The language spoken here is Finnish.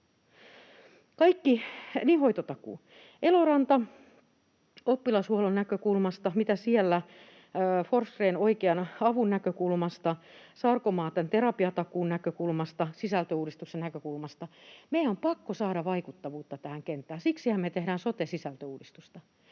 Eloranta oppilashuollon näkökulmasta, mitä siellä, Forsgrén oikean avun näkökulmasta, Sarkomaa terapiatakuun näkökulmasta, sisältöuudistuksen näkökulmasta. Meidän on pakko saada vaikuttavuutta tähän kenttään, siksihän me tehdään sote-sisältöuudistusta.